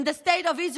In the state of Israel,